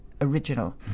original